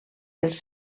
els